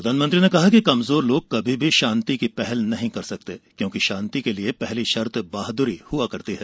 प्रधानमंत्री ने कहा कि कमजोर लोग कमी शांति की पहल नही कर सकते क्योंकि शांति के लिए पहली शर्त बहादरी है